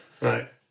Right